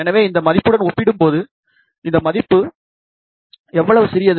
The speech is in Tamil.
எனவே இந்த மதிப்புடன் ஒப்பிடும்போது இந்த மதிப்பு எவ்வளவு சிறியது